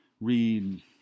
read